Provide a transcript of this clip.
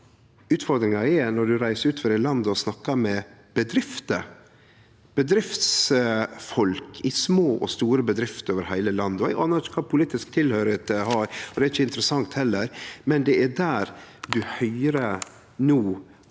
Utfordringa er der når eg reiser utover i landet og snakkar med bedrifter, bedriftsfolk i små og store bedrifter over heile landet. Eg anar ikkje kva politisk tilhøyrsle dei har, og det er ikkje interessant heller, men det er der ein no